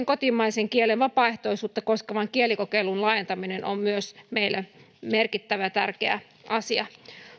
kotimaisen kielen vapaaehtoisuutta koskevan kielikokeilun laajentaminen on myös meille merkittävä tärkeä asia